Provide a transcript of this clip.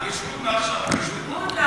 יש "הודנה" עכשיו?